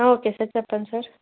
okay sir చెప్పండి sir